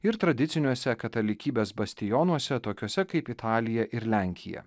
ir tradiciniuose katalikybės bastionuose tokiuose kaip italija ir lenkija